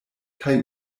kaj